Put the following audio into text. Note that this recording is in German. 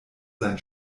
sein